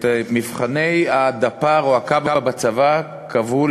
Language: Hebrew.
את מבחני הדפ"ר או הקב"א בצבא קבעו,